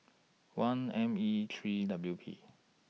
one M E three W P